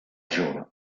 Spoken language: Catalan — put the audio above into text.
jove